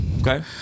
Okay